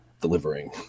delivering